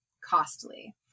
costly